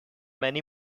many